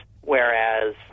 whereas